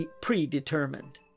predetermined